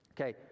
Okay